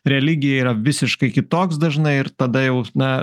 religija yra visiškai kitoks dažnai ir tada jau na